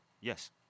Yes